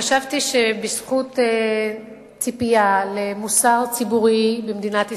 חשבתי שבזכות ציפייה למוסר ציבורי במדינת ישראל,